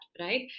right